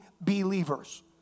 believers